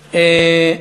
רב.